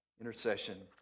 Intercession